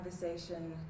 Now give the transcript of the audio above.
conversation